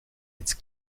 iets